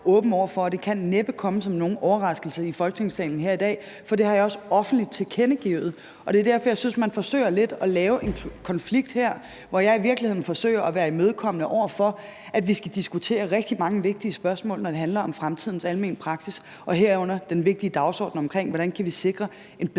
åben over for, og det kan næppe komme som nogen overraskelse i Folketingssalen her i dag. For det har jeg også tilkendegivet offentligt, og det er derfor, jeg synes, man her lidt forsøger at lave en konflikt, hvor jeg i virkeligheden forsøger at være imødekommende over for, at vi skal diskutere rigtig mange vigtige spørgsmål, når det handler om fremtidens almene praksis, herunder den vigtige dagsorden omkring, hvordan vi kan sikre en bedre